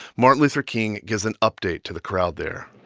martin luther king gives an update to the crowd there